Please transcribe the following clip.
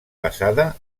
basada